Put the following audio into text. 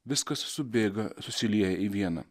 viskas subėga susilieja į vieną